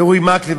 ואורי מקלב,